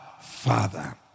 Father